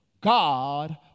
God